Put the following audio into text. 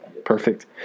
Perfect